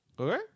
Okay